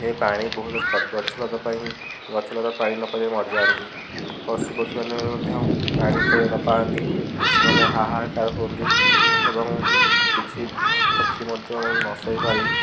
ଯେ ପାଣି ବହୁତ ଦରକାର ଗଛ ଲତା ପାଇଁ ଗଛ ଲତା ପାଣି ନ ପାଇଲେ ମରିଯାଆନ୍ତି ପଶୁପକ୍ଷୀମାନେ ବି ମଧ୍ୟ ପାଣି ଯେତବେଳେ ନ ପାଆନ୍ତି ସେମାନେ ହା ହା କାର ହୁଅନ୍ତି ଏବଂ କିଛି ପକ୍ଷୀ ମଧ୍ୟ ନ ଶୋଇପାରି